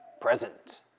present